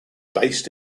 based